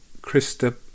Krista